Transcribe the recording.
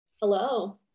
Hello